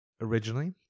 Originally